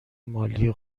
مالی